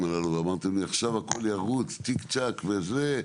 הללו ואמרתם לי "עכשיו הכל ירוץ צ'יק-צ'ק" וזה.